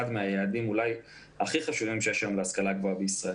היעדים הכי חשובים שיש היום להשכלה גבוהה בישראל.